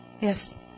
Yes